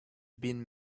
been